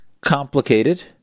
complicated